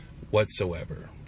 Whatsoever